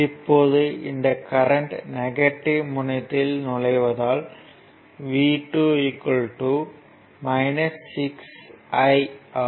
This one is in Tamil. இப்போது இந்த கரண்ட் நெகட்டிவ் முனையத்தில் நுழைவதால் V 2 6 I ஆகும்